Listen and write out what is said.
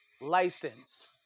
license